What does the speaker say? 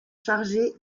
chargés